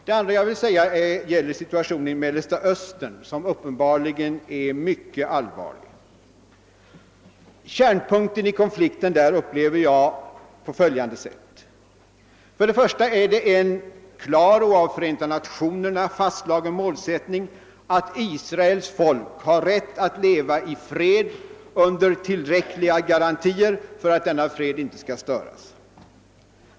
Det andra jag vill säga gäller situationen i Mellersta Östern, som uppenbarligen är mycket allvarlig. Kärnpunkten i konflikten där upplever jag på följande sätt: För det första är det en klar och av Förenta nationerna fastslagen målsättning att Israels folk har rätt att leva i fred under tillräckliga garantier för att denna fred inte skall störas.